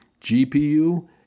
GPU